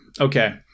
okay